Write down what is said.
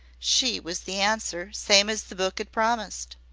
she was the answer same as the book ad promised.